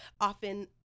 often